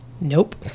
Nope